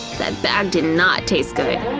that bag did not taste good!